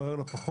סוער לא פחות,